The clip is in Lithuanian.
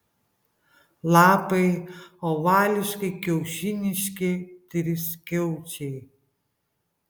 lapai ovališkai kiaušiniški triskiaučiai